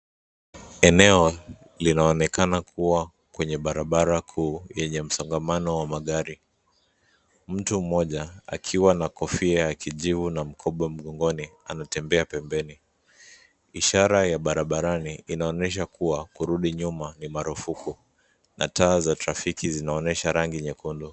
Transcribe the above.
Eneo linaonekana kuwa kwenye barabara kuu yenye msongamano wa magari. Mtu mmoja akiwa na kofia ya kijivu na mkoba mgongoni anatembea pembeni. Ishara ya barabarani inaonyesha kuwa kurudi nyuma ni marufuku, na taa za trafiki zinaonyesha rangi nyekundu.